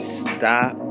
stop